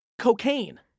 cocaine